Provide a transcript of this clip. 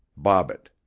bobbitt